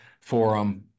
Forum